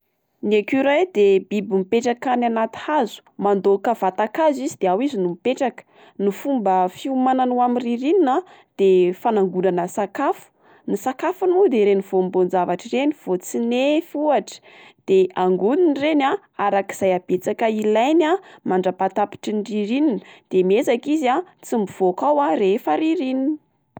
Ny écureuils de biby mipetraka any anaty hazo. Mandôka vata-kazo izy de ao izy no mipetraka. Ny fomba fiomanany ho amin'ny ririnina a de fanangonana sakafo, ny sakafony moa de ireny voambonin-javatra ireny voatsinefy ohatra, de angoniny ireny a arak'izay abetsaka ilainy a mandrapaha tapitry ny ririnina, de miezaka izy a tsy mivôka ao a rehefa ririnina.